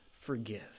forgive